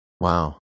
Wow